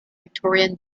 victorian